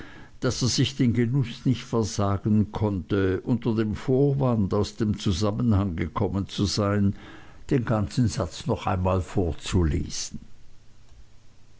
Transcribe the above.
daß er sich den genuß nicht versagen konnte unter dem vorwand aus dem zusammenhang gekommen zu sein den ganzen satz noch einmal vorzulesen